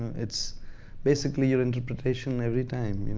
it's basically your interpretation every time. you know,